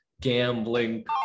gambling